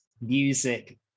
music